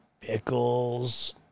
pickles